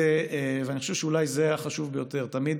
אני חושב שאולי זה החשוב ביותר: תמיד